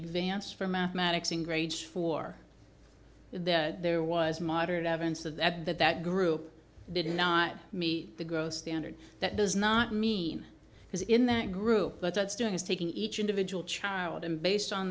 advance for mathematics and grades for the there was moderate evidence of that that that group did not meet the growth standard that does not mean because in that group that's doing is taking each individual child in based on